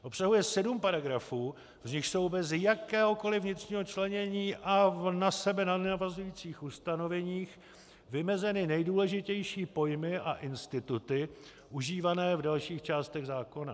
Obsahuje sedm paragrafů, z nichž jsou bez jakéhokoliv vnitřního členění a v na sebe nenavazujících ustanoveních vymezeny nejdůležitější pojmy a instituty užívané v dalších částech zákona.